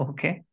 Okay